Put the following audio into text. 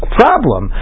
problem